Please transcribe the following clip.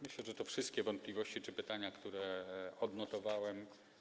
Myślę, że to wszystkie wątpliwości czy pytania, które odnotowałem.